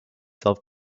self